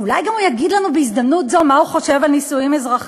אולי הוא גם יגיד לנו בהזדמנות הזאת מה הוא חושב על נישואים אזרחיים?